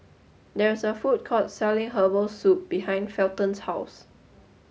there is a food court selling Herbal Soup behind Felton's house